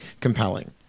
compelling